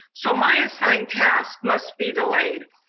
so my assigned task must be delayed.